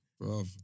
Bro